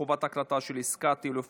חובת הקלטה של עסקה טלפונית),